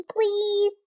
please